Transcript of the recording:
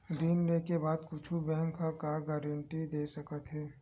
ऋण लेके बाद कुछु बैंक ह का गारेंटी दे सकत हे?